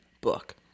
book